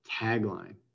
tagline